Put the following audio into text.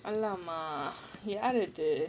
!alamak! ya யாரது:yaarathu